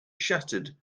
shattered